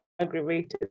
aggravated